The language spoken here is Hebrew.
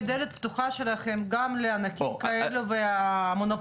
דלת פתוחה שלכם גם לענקים כאלה והמונופוליסטים,